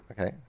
okay